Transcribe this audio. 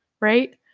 right